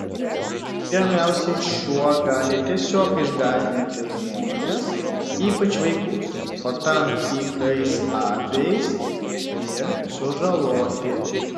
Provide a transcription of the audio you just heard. pirmiausiai šuo gali tiesiog išgąsdinti žmones ypač vaikus o tam tikrais atvejais ir sužaloti